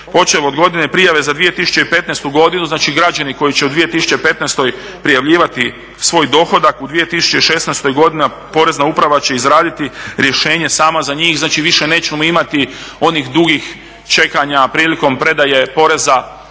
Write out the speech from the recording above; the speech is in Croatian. počev od godine prijave za 2015. goidnu, znači građani koji će u 2015. prijavljivati svoj dohodak, u 2016. godini Porezna uprava će izraditi rješenje sama za njih. Znači više nećemo imati onih dugih čekanja prilikom predaje poreza